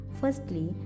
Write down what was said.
Firstly